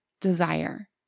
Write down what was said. desire